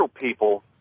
people